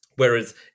Whereas